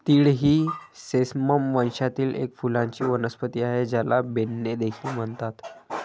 तीळ ही सेसमम वंशातील एक फुलांची वनस्पती आहे, ज्याला बेन्ने देखील म्हणतात